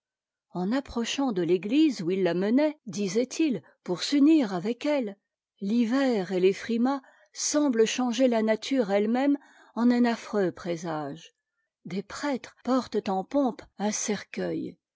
en approchant de l'église où il la menait disait-il pour s'unir avec elle l'hiver et les frimas semblent changer la nature elle-même en un affreux présage des prêtres portent en pompe un cercueil